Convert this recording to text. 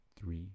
three